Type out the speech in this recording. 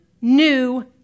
new